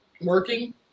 working